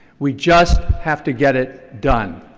we just have to get it done.